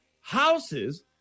houses